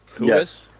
Yes